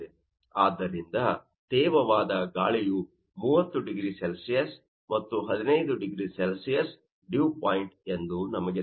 ಆದ್ದರಿಂದ ತೇವವಾದ ಗಾಳಿಯು 30 0C ಮತ್ತು 15 0C ಡಿವ್ ಪಾಯಿಂಟ್ ಎಂದು ನಮಗೆ ತಿಳಿದಿದೆ